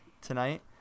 tonight